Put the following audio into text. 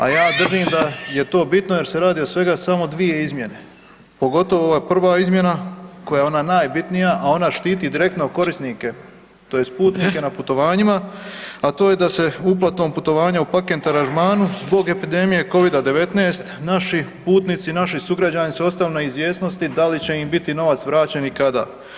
A ja držim da je to bitno jer se radi o svega samo dvije izmjene, pogotovo ova prva izmjena koja je ona najbitnija a ona štititi direktno korisnike, tj. putnike na putovanjima a to je da se uplatom putovanju u paket aranžmanu zbog epidemije covida 19 naši putnici, naši sugrađani su ostali u neizvjesnosti da li će im biti novac vraćen i kada.